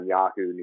Yahoo